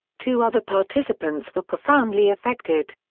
two other participants were profoundly affected.